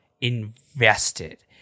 invested